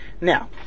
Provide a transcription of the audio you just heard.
Now